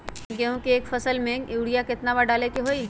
गेंहू के एक फसल में यूरिया केतना बार डाले के होई?